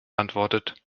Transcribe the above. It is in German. antwortet